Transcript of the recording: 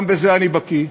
גם בזה אני בקי.